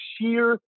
sheer